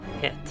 hit